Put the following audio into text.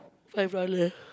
five dollar